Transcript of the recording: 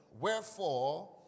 wherefore